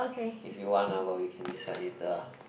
if you want lah but we can decide later ah